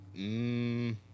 mmm